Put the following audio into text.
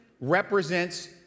represents